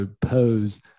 pose